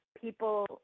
people